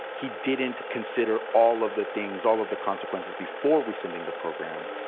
he didn't consider all of the things, all of the consequences before rescinding the program.